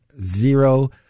zero